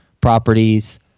properties